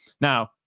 now